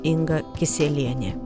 inga kisielienė